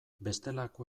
bestelako